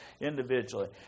individually